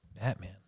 Batman